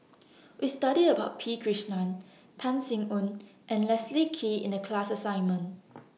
We studied about P Krishnan Tan Sin Aun and Leslie Kee in The class assignment